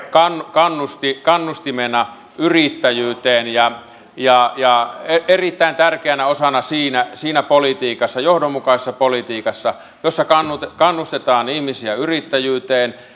kannustimena kannustimena yrittäjyyteen ja ja erittäin tärkeänä osana siinä siinä politiikassa johdonmukaisessa politiikassa jossa kannustetaan kannustetaan ihmisiä yrittäjyyteen